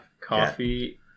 Coffee